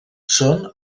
són